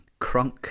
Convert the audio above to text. crunk